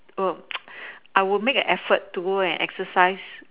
err I would make an effort to go and exercise